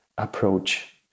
Approach